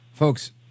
Folks